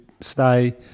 stay